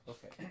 Okay